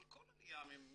אבל כל עליה מכל